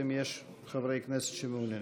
אם יש חברי כנסת שמעוניינים.